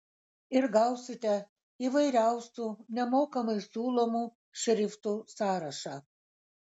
ir gausite įvairiausių nemokamai siūlomų šriftų sąrašą